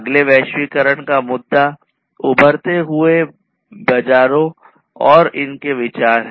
अगले वैश्वीकरण का मुद्दा उभरते हुए बाजार और इसके विचार हैं